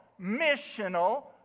missional